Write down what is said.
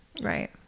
Right